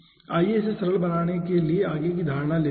आइए इसे सरल बनाने के लिए आगे की धारणा लेते हैं